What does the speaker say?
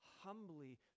humbly